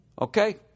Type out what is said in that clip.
Okay